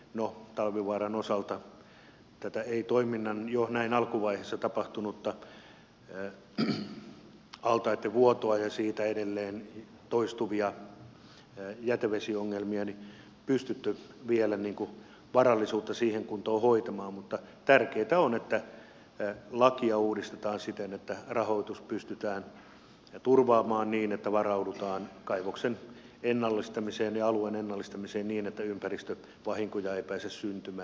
no talvivaaran kohdalla sen toiminnan jo näin alkuvaiheessa tapahtuneen altaitten vuodon ja edelleen toistuvien jätevesiongelmien osalta varallisuutta ei pystytty vielä kuntoon hoitamaan mutta tärkeää on että lakia uudistetaan siten että rahoitus pystytään turvaamaan niin että varaudutaan kaivoksen ennallistamiseen ja alueen ennallistamiseen niin että ympäristövahinkoja ei pääse syntymään